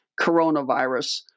coronavirus